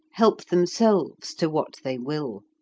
help themselves to what they will.